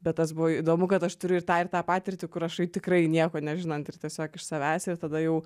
bet tas buvo įdomu kad aš turiu ir tą ir tą patirtį kur rašai tikrai nieko nežinant ir tiesiog iš savęs ir tada jau